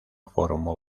formó